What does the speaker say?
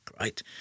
right